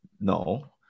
No